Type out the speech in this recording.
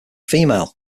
female